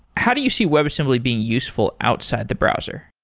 how do you see webassembly being useful outside the browser?